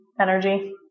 energy